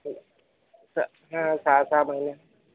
हो सहा सहा महिने